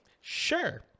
sure